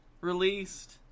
released